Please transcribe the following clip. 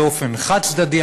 באופן חד-צדדי,